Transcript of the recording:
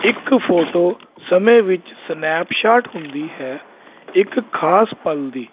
ਇੱਕ ਫੋਟੋ ਸਮੇਂ ਵਿੱਚ ਸਨੈਪਸ਼ਾਟ ਹੁੰਦੀ ਹੈ ਇੱਕ ਖਾਸ ਪਲ ਦੀ